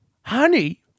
Honey